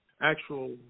Actual